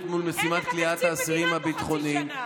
מול משימת כליאת האסירים הביטחוניים,